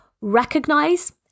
recognize